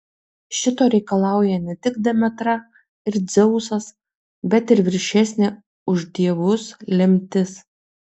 šito reikalauja ne tik demetra ir dzeusas bet ir viršesnė už dievus lemtis